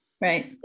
Right